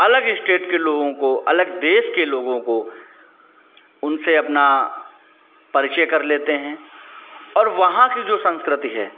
अलग इस्टेट के लोगों को अलग देश के लोगों को उनसे अपना परिचय कर लेते हैं और वहाँ की जो संस्कृति है